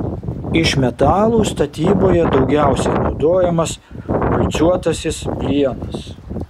iš metalų statyboje daugiausiai naudojamas valcuotasis plienas